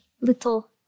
little